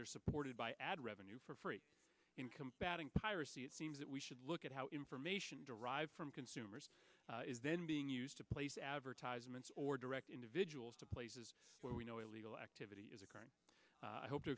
they're supported by ad revenue for free in combating piracy it seems that we should look at how information derived from consumers is then being used to place advertisements or direct individuals to places where we know illegal activity is occurring i hope to